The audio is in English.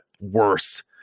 worse